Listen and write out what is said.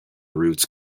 roots